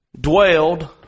dwelled